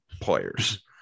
players